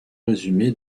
résumé